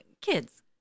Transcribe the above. kids